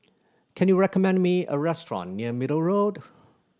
can you recommend me a restaurant near Middle Road